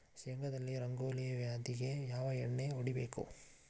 ಶೇಂಗಾದಲ್ಲಿ ರಂಗೋಲಿ ವ್ಯಾಧಿಗೆ ಯಾವ ಎಣ್ಣಿ ಹೊಡಿಬೇಕು?